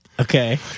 Okay